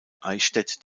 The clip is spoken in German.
eichstätt